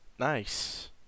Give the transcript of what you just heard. Nice